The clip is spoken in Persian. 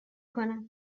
کنم